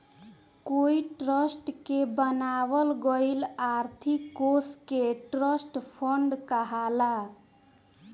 कोई ट्रस्ट के बनावल गईल आर्थिक कोष के ट्रस्ट फंड कहाला